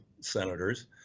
senators